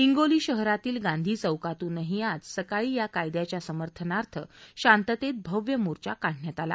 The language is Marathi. हिंगोली शहरातील गांधी चौकातूनही आज सकाळी या कायद्याच्या समर्थनार्थ शांततेत भव्य मोर्चा काढण्यात आला